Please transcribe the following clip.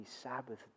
Sabbath